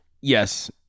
Yes